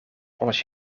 als